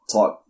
type